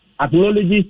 acknowledges